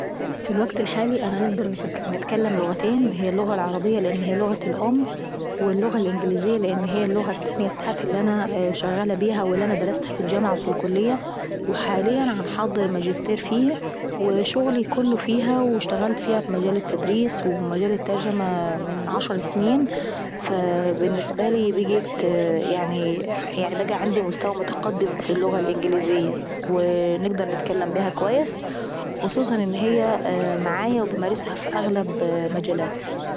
في الوكت الحالي انا نقدر نتكلم لغتين هما اللغة العربية لان هي لغتي الأم. واللغة الإنجليزية لان هي اللغة التانية ابتاعتي اللي انا شغالة بيها واللي انا درستها في الجامعة وفي الكلية وحاليا باعمل ماجستير فيها، وشغلي كله فيها، واشتغلت في مجال التدريس ومجال الترجمة من عشر سنين فالبنسبة لي بقيت يعني بقا عندي مستوى متقدم في اللغة الانجليزية. ونقدر نتكلم بيها اكويس خصوصا ان هي معايا وبامارسها في أغلب مجالاتي.